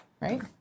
Right